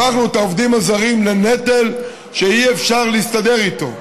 הפכנו את העובדים הזרים לנטל שאי-אפשר להסתדר איתו.